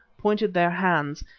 pointed their hands,